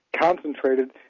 concentrated